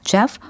Jeff